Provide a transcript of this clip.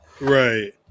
Right